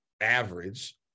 average